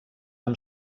amb